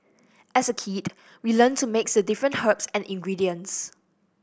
as a kid we learnt to mix the different herbs and ingredients